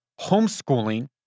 homeschooling